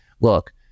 look